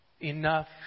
enough